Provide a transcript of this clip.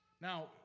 Now